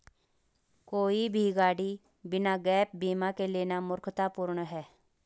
कोई भी गाड़ी बिना गैप बीमा के लेना मूर्खतापूर्ण है